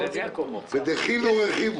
בדחילו ורחימו.